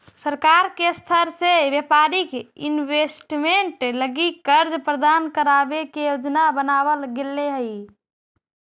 सरकार के स्तर से व्यापारिक इन्वेस्टमेंट लगी कर्ज प्रदान करावे के योजना बनावल गेले हई